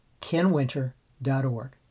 kenwinter.org